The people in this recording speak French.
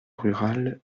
rural